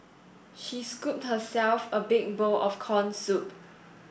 she scooped herself a big bowl of corn soup